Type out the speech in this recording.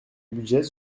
budget